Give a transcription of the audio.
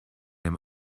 dem